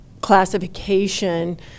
classification